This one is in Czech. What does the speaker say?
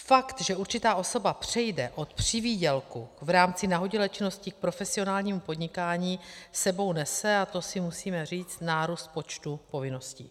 Fakt, že určitá osoba přejde od přivýdělku v rámci nahodilé činnosti k profesionálnímu podnikání, s sebou nese, a to si musíme říct, nárůst počtu povinností.